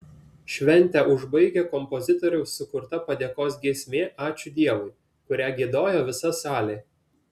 šventę užbaigė kompozitoriaus sukurta padėkos giesmė ačiū dievui kurią giedojo visa salė